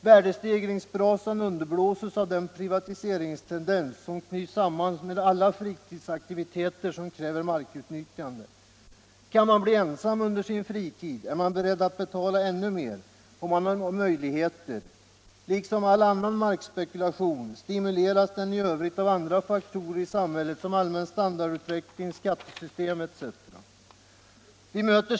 Värdestegringsbrasan underblåses av den privatiseringstendens som knyts samman med alla fritidsaktiviteter som kräver markutnyttjande. Kan man bli ensam under sin fritid, är man beredd att betala ännu mera, om man har möjligheter. Markspekulationen på detta område — liksom all annan markspekulation — stimuleras i övrigt av andra faktorer i samhället — allmän standardutveckling, skattesystem etc.